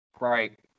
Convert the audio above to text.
right